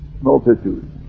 multitude